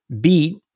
beat